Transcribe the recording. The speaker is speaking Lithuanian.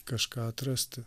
kažką atrasti